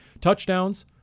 Touchdowns